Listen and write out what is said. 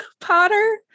Potter